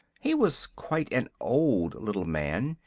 he was quite an old little man,